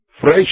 fresh